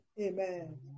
Amen